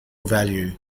value